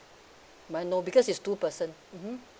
may I know because it's two person mmhmm